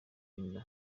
inda